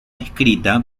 escrita